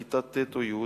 בכיתה ט' או י',